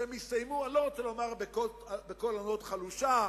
שהן הסתיימו, אני לא רוצה לומר בקול ענות חלושה,